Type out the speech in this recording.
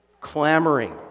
clamoring